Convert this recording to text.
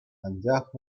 анчах